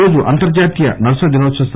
ఈరోజు అంతర్జాతీయ నర్సులదినోత్పవం